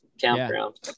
campground